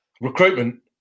recruitment